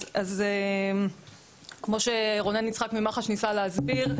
אז כמו שרונן יצחק ממח"ש ניסה להסביר,